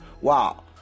wow